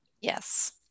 Yes